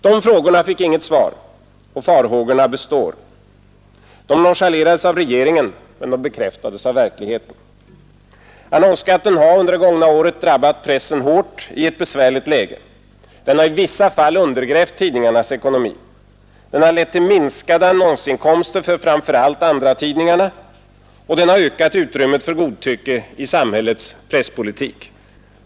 De frågorna fick inget svar och farhågorna består. De nonchalerades av regeringen men bekräftades av verkligheten. Annonsskatten har under det gångna året drabbat pressen hårt i ett besvärligt läge. Den har i vissa fall undergrävt tidningarnas ekonomi. Den har lett till minskade annonsinkomster för framför allt andratidningarna, och den har ökat utrymmet för godtycke i samhällets presspolitik.